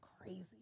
crazy